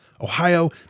Ohio